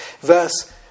Verse